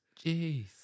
Jeez